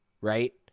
right